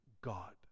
God